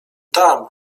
tam